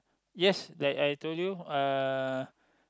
yes like I told you uh